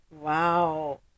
Wow